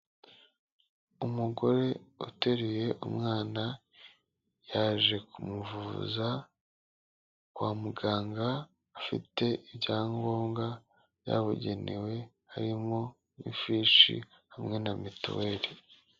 Umugore uteruye umwana yaje kumuvuza kwa muganga, afite ibyangombwa byabugenewe harimo n'ifishi hamwe na mituweli.